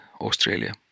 Australia